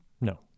No